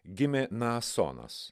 gimė naasonas